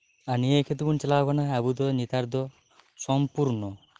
ᱟᱨ ᱱᱤᱭᱟᱹ ᱟᱭᱠᱟᱹ ᱛᱮᱵᱚᱱ ᱪᱟᱞᱟᱣ ᱟᱠᱟᱱᱟ ᱟᱵᱚᱫᱚ ᱱᱮᱛᱟᱨ ᱫᱚ ᱥᱚᱢᱯᱩᱨᱱᱚ